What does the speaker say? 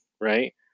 Right